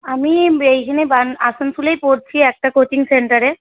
আমি এইখানেই আসানসোলেই পড়ছি একটা কোচিং সেন্টারে